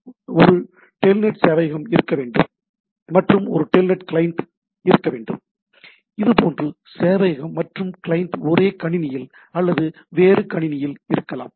எனவே ஒரு டெல்நெட் சேவையகம் இருக்க வேண்டும் மற்றும் ஒரு டெல்நெட் கிளையண்ட் இருக்க வேண்டும் இது போன்று சேவையகம் மற்றும் கிளையண்ட் ஒரே கணினியில் அல்லது வேறு கணினியில் இருக்கலாம்